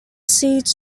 seeds